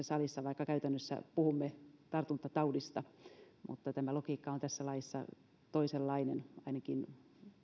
salissa vaikka käytännössä puhumme tartuntataudista tämä logiikka on tässä laissa toisenlainen ainakin